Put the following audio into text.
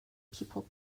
people